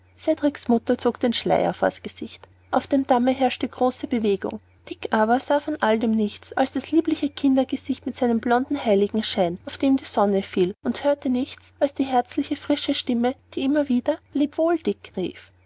mutter zog den schleier vors gesicht auf dem damme herrschte große bewegung dick aber sah von alledem nichts als das liebliche kindergesicht mit seinem blonden heiligenschein auf den die sonne fiel und hörte nichts als die herzliebe frische stimme die immer wieder leb wohl dick rief